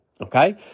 okay